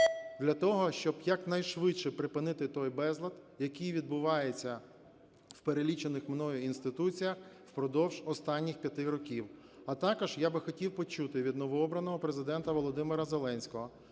для того щоб якнайшвидше припинити той безлад, який відбувається в перелічених мною інституціях впродовж останніх 5 років. А також я би хотів почути від новообраного Президента Володимира Зеленського